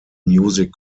music